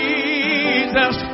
Jesus